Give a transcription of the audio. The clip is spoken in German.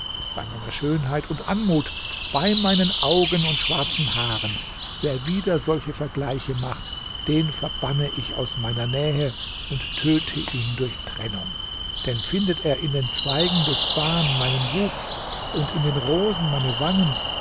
bei meiner schönheit und anmut bei meinen augen und schwarzen haaren wer wieder solche vergleiche macht den verbanne ich aus meiner nähe und töte ihn durch die trennung denn findet er in den zweigen des ban meinen wuchs und in den rosen meine wangen